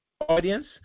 Audience